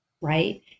Right